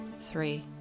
three